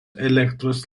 elektros